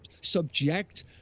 subject